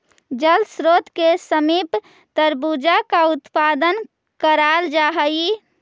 जल स्रोत के समीप तरबूजा का उत्पादन कराल जा हई